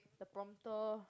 the prompter